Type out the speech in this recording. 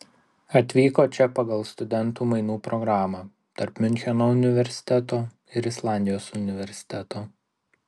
atvyko čia pagal studentų mainų programą tarp miuncheno universiteto ir islandijos universiteto